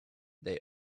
they